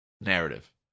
narrative